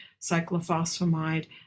cyclophosphamide